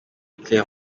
claire